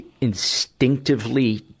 instinctively